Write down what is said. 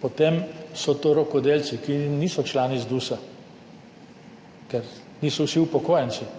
potem so to rokodelci, ki niso člani ZDUS, ker niso vsi upokojenci.